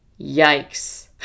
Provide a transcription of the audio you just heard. Yikes